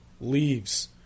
leaves